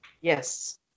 yes